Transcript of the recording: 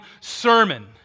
sermon